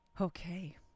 Okay